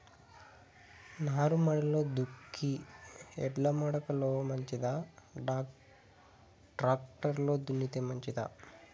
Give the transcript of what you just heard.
నారుమడిలో దుక్కి ఎడ్ల మడక లో మంచిదా, టాక్టర్ లో దున్నితే మంచిదా?